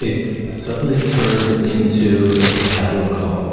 it suddenly turned into a cattle call.